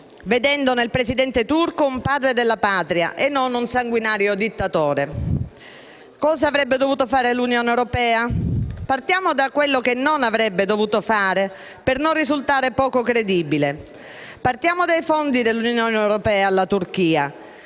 vedendo nel Presidente turco un padre della Patria e non un sanguinario dittatore. Cosa avrebbe dovuto fare l'Unione europea? Partiamo da quello che non avrebbe dovuto fare per non risultare poco credibile. Partiamo dai fondi dell'Unione europea concessi alla Turchia.